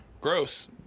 Gross